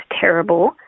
terrible